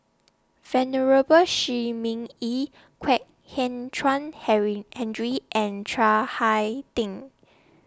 Venerable Shi Ming Yi Kwek Hian Chuan Henry Andre and Chiang Hai Ding